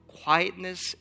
quietness